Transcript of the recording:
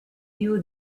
you